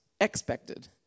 expected